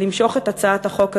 למשוך את הצעת החוק הזו.